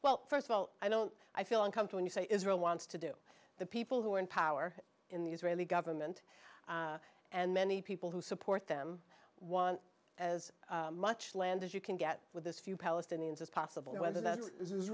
well first of all i don't i feel i'm come to when you say israel wants to do the people who are in power in the israeli government and many people who support them want as much land as you can get with this few palestinians as possible whether that